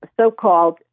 so-called